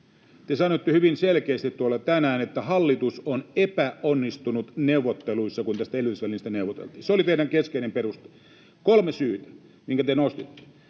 Te sanoitte hyvin selkeästi tuolla tänään, että hallitus on epäonnistunut neuvotteluissa, kun tästä elvytysvälineestä neuvoteltiin. [Mika Niikko: Eikö ole?] Se oli teidän keskeinen perustelunne. Kolme syytä, mitkä ne nostitte: